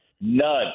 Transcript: None